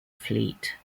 fleet